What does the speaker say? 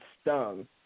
stung